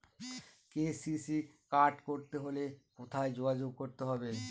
KCC card করতে হলে কোথায় যোগাযোগ করতে হবে?